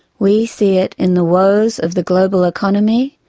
we see it in the woes of the global economy,